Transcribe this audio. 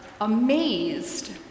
amazed